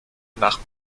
nach